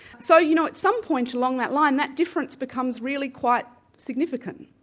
so you know, at some point along that line, that difference becomes really quite significant.